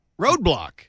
Roadblock